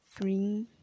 three